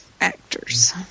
actors